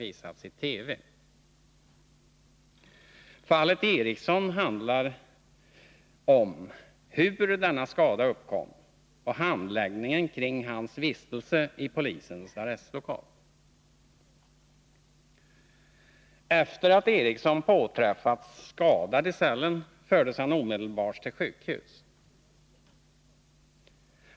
Justitieombuds Fallet Eriksson handlar om hur denna skada uppkom och handläggningen — männens verksamkring hans vistelse i polisens arrestlokal. Efter det att Eriksson påträffats — jer skadad i cellen fördes han omedelbart till sjukhus.